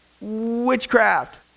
Witchcraft